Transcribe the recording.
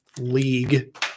league